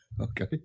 Okay